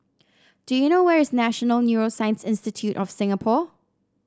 do you know where is National Neuroscience Institute of Singapore